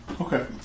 Okay